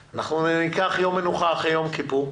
ניקח יום מנוחה אחרי יום כיפור.